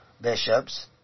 bishops